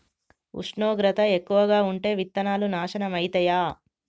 ఉష్ణోగ్రత ఎక్కువగా ఉంటే విత్తనాలు నాశనం ఐతయా?